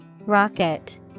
Rocket